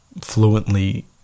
fluently